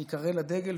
להיקרא לדגל,